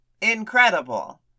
incredible